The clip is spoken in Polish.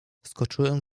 skoczyłem